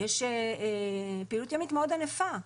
מאוד ענפה,